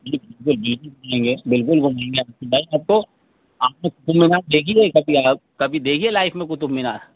بالکل ملیں گے بالکل وہ ملیں گے آصف بھائی آپ کو آپ نے قُطب مینار دیکھی ہے کبھی آپ کبھی دیکھی ہے لائف میں قطب مینار